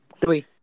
Three